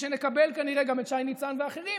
כפי שנקבל כנראה גם את שי ניצן ואחרים,